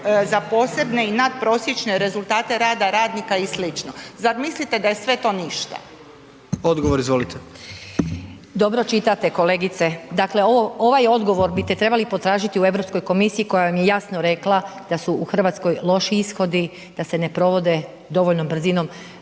za posebne i natprosječne rezultate rada radnika i slično. Zar mislite da je sve to ništa? **Jandroković, Gordan (HDZ)** Odgovor izvolite. **Strenja, Ines (Nezavisni)** Dobro čitate kolegice. Dakle ovaj odgovor bite trebali potražiti u Europskoj komisiji koja vam je jasno rekla da su u Hrvatskoj loši ishodi, da se ne provode dovoljnom brzinom